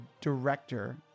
director